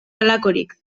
halakorik